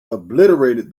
obliterated